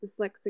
Dyslexic